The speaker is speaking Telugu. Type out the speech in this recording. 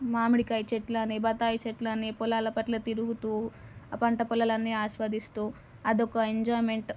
మామిడి కాయ చెట్లని బత్తాయి చెట్లని పొలాల్లో తిరుగుతూ ఆ పంట పొలాలన్నీ ఆస్వాదిస్తూ అదొక ఎంజాయ్మెంట్